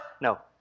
No